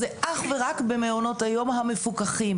זה אך ורק במעונות היום המפוקחים.